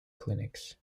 clinics